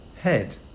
head